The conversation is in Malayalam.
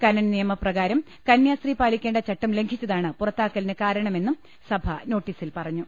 കനോൻ നിയമം പ്രകാരം കന്യാസ്ത്രീ പാലി ക്കേണ്ട ചട്ടം ലംഘിച്ചതാണ് പുറത്താക്കലിന് കാരണമെന്നും സഭ നോട്ടീസിൽ പറഞ്ഞു